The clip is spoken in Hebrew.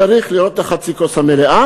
צריך לראות את חצי הכוס המלא.